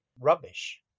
rubbish